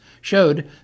showed